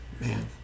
Man